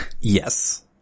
Yes